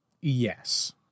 yes